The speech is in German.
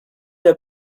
der